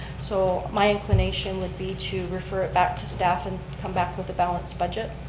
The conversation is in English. so my inclination would be to refer it back to staff and come back with a balanced budget,